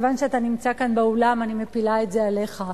כיוון שאתה נמצא כאן באולם אני מפילה את זה עליך,